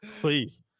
please